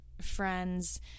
friends